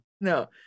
No